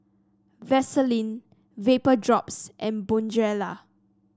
Vaselin Vapodrops and Bonjela